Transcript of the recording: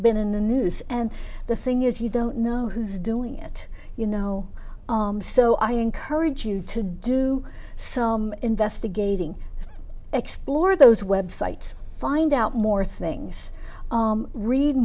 been in the news and the thing is you don't know who's doing it you know so i encourage you to do some investigating explore those websites find out more things read